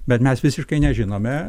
bet mes visiškai nežinome